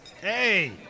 Hey